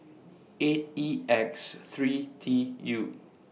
eight E X three T U